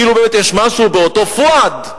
כאילו באמת יש משהו באותו פואד,